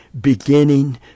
beginning